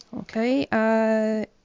Okay